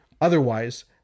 Otherwise